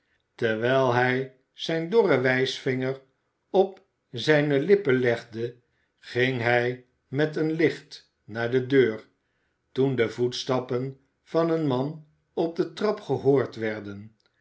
terwijl hij zijn dorren wijsvinger op zijne lippen legde ging hij met een licht naar de deur toen de voetstappen van een man op de trap gehoord werden